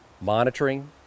Monitoring